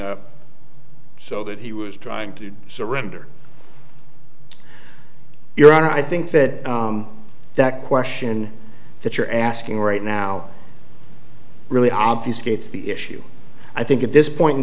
up so that he was trying to surrender your honor i think that that question that you're asking right now really obviously it's the issue i think at this point in